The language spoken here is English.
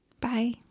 Bye